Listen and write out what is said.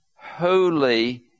holy